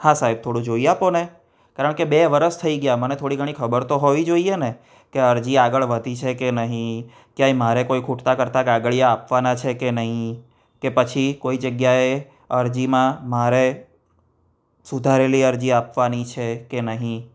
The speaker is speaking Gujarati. હા સાહેબ થોડું જોઈ આપોને કારણ કે બે વર્ષ થઈ ગયા મને થોડી ઘણી ખબર તો હોવી જોઈએ ને કે અરજી આગળ વધી છે કે નહીં ક્યાંય મારે કોઈ ખૂટતા કરતાં કાગળીયા આપવાના છે કે નહીં કે પછી કોઈ જગ્યાએ અરજીમાં મારે સુધારેલી અરજી આપવાની છે કે નહીં